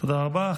תודה רבה.